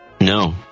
No